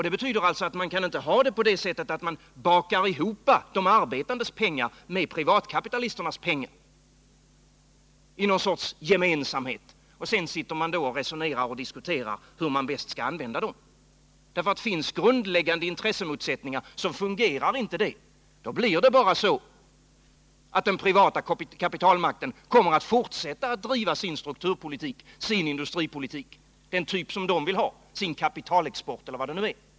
Det betyder alltså att man inte kan baka ihop de arbetandes pengar med privatkapitalisternas pengar i någon sorts gemensamhet och sedan sitta och diskutera hur man bäst skall använda dem. Om det finns grundläggande intressemotsättningar så fungerar inte det. Då blir det bara så att den privata kapitalmakten fortsätter att driva den typ av strukturpolitik och industripolitik som den vill ha, kapitalexport eller vad det nu är.